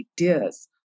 ideas